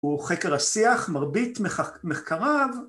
וחקר השיח מרבית מחקריו